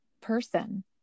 person